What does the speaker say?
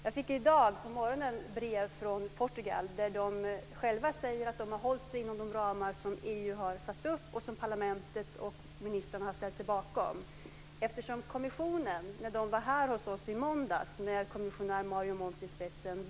Jag fick i dag på morgonen brev från den portugisiska regeringen, i vilket de själva säger att de har hållit sig inom de ramar som EU har satt upp och som parlamentet och ministrarna har ställt sig bakom. Kommissionen var här hos oss i måndags med kommissionär Mario Monti i spetsen.